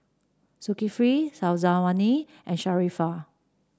Zulkifli Syazwani and Sharifah